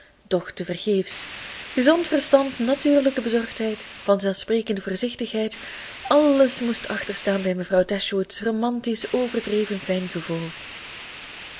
vergeefs gezond verstand natuurlijke bezorgdheid vanzelfsprekende voorzichtigheid alles moest achterstaan bij mevrouw dashwood's romantisch overdreven fijn gevoel